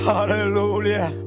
Hallelujah